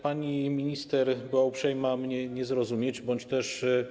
Pani minister była uprzejma mnie nie zrozumieć bądź też.